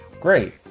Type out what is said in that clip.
great